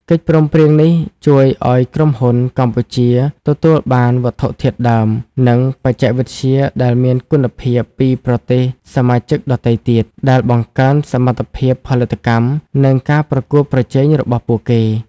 កិច្ចព្រមព្រៀងនេះជួយឲ្យក្រុមហ៊ុនកម្ពុជាទទួលបានវត្ថុធាតុដើម និងបច្ចេកវិទ្យាដែលមានគុណភាពពីប្រទេសសមាជិកដទៃទៀត ដែលបង្កើនសមត្ថភាពផលិតកម្ម និងការប្រកួតប្រជែងរបស់ពួកគេ។